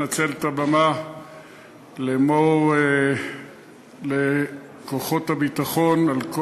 לנצל את הבמה לאמור לכוחות הביטחון על כל